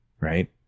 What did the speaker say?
right